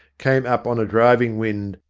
came up on a driving wind,